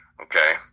okay